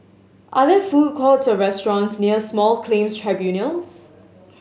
are there food courts or restaurants near Small Claims Tribunals